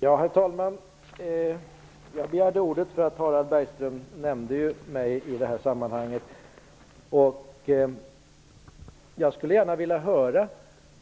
Herr talman! Jag begärde ordet därför att Harald Bergström nämnde mig. Jag skulle gärna vilja höra